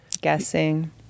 Guessing